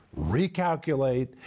recalculate